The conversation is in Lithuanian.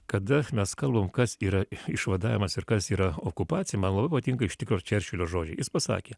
kada mes kalbam kas yra išvadavimas ir kas yra okupacija man labai patinka iš tikro čerčilio žodžiai jis pasakė